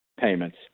payments